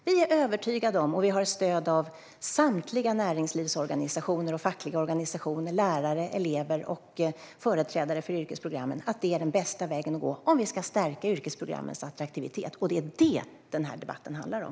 Vi är övertygade om - och vi har stöd av samtliga näringslivsorganisationer, fackliga organisationer, lärare, elever och företrädare för yrkesprogrammen - att det är den bästa vägen att gå om vi ska stärka yrkesprogrammens attraktivitet. Det är vad debatten handlar om.